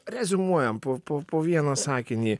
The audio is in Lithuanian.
reziumuojam po po vieną sakinį